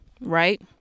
right